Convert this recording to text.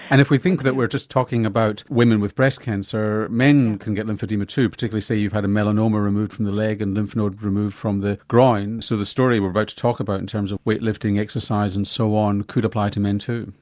and if we think that we're just talking about women with breast cancer, men can get lymphoedema too, particularly say if you've had a melanoma removed from the leg and lymph node removed from the groin, so the story we're about to talk about in terms of weight-lifting exercise and so on, could apply to men too?